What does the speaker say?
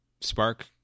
Spark